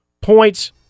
points